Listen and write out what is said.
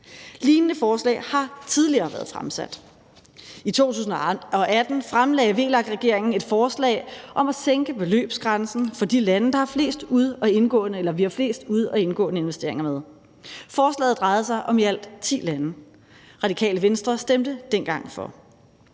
Lignende forslag har tidligere været fremsat. I 2018 fremlagde VLAK-regeringen et forslag om at sænke beløbsgrænsen for de lande, vi har flest ud- og indgående investeringer med. Forslaget drejede sig om i alt ti lande – Radikale Venstre stemte dengang for.